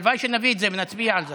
הלוואי שנביא את זה ונצביע על זה.